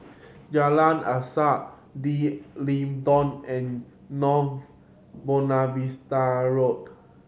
Jalan Asas D'Leedon and North Buona Vista Road